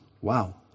Wow